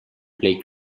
play